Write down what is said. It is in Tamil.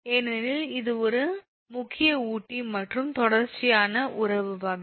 ஏனெனில் இது ஒரு முக்கிய ஊட்டி மற்றும் தொடர்ச்சியான உறவு வகை